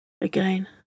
again